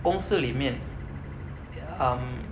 公司里面 um